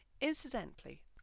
Incidentally